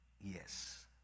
Yes